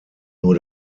nur